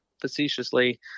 facetiously